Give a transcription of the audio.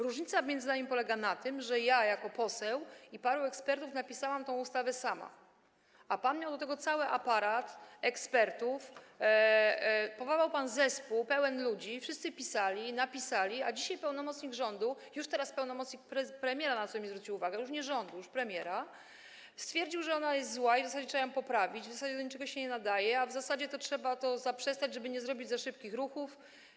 Różnica między nami polega na tym, że ja jako poseł - i paru ekspertów - napisałam tę ustawę sama, a pan miał do tego cały aparat ekspertów, powołał pan zespół ludzi, wszyscy ją pisali, napisali, a dzisiaj pełnomocnik rządu, już teraz pełnomocnik premiera, na co mi zwrócił uwagę - już nie rządu, już premiera - stwierdził, że ona jest zła i w zasadzie trzeba ją poprawić, w zasadzie do niczego się nie nadaje i w zasadzie trzeba tego zaprzestać, żeby nie zrobić za szybkich ruchów.